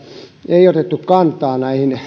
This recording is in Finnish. ei otettu kantaa